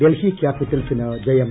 ഡൽഹി ക്യാപിറ്റൽസിന് ജയം